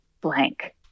blank